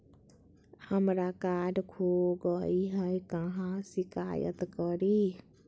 हमरा कार्ड खो गई है, कहाँ शिकायत करी?